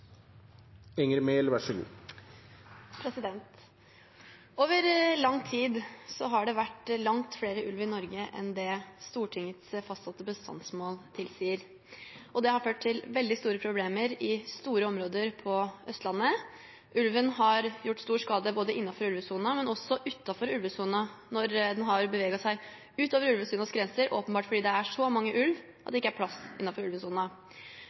Over lang tid har det vært langt flere ulv i Norge enn det Stortingets fastsatte bestandsmål tilsier. Det har ført til veldig store problemer i store områder på Østlandet. Ulven har gjort stor skade innenfor ulvesonen, men også utenfor ulvesonen når den har beveget seg utenfor ulvesonens grenser, åpenbart fordi det er så mange ulv at det ikke er plass